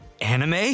Anime